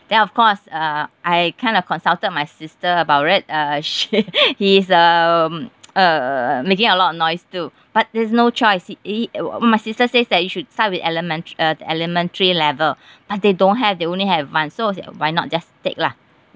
then of course uh I kind of consulted my sister about it uh she she is um uh making a lot of noise too but there's no choice he my sister says that you should start with elemen~ uh elementary level but they don't have they only have advanced so I say why not just take lah